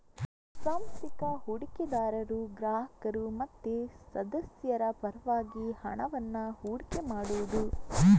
ಸಾಂಸ್ಥಿಕ ಹೂಡಿಕೆದಾರರು ಗ್ರಾಹಕರು ಮತ್ತೆ ಸದಸ್ಯರ ಪರವಾಗಿ ಹಣವನ್ನ ಹೂಡಿಕೆ ಮಾಡುದು